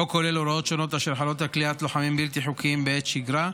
החוק כולל הוראות שונות אשר חלות על כליאת לוחמים בלתי חוקיים בעת שגרה,